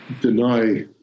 deny